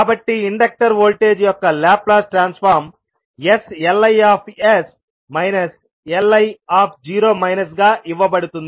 కాబట్టి inductor voltage యొక్క Laplace transform sLIs Li0 గా ఇవ్వబడుతుంది